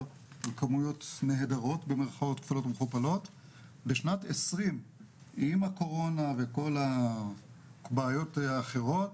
על כמויות "נהדרות" בשנת 2020 עם הקורונה וכל הבעיות האחרות,